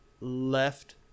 left